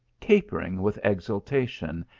capering with exultation,